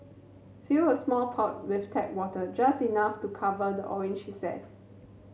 fill a small pot with tap water just enough to cover the orange zest